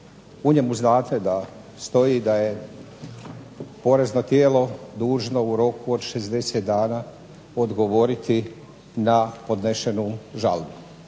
U njemu znate da stoji da je porezno tijelo dužno u roku 60 dana odgovoriti na podnešenu žalbu.